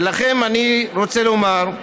ולכם אני רוצה לומר,